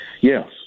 Yes